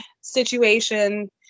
situation